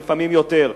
ולפעמים יותר.